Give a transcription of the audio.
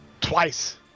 twice